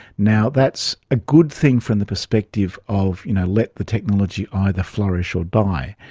now, that's a good thing from the perspective of you know let the technology either flourish or die,